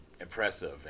impressive